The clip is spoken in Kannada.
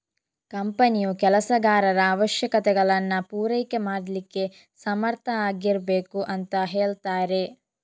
ಕಂಪನಿಯು ಕೆಲಸಗಾರರ ಅವಶ್ಯಕತೆಗಳನ್ನ ಪೂರೈಕೆ ಮಾಡ್ಲಿಕ್ಕೆ ಸಮರ್ಥ ಆಗಿರ್ಬೇಕು ಅಂತ ಹೇಳ್ತಾರೆ